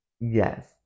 yes